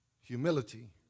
Humility